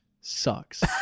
sucks